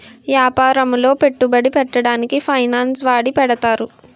యాపారములో పెట్టుబడి పెట్టడానికి ఫైనాన్స్ వాడి పెడతారు